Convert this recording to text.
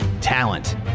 talent